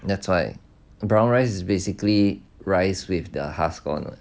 that's why brown rice basically rice with their husk gone